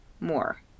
more